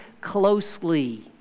closely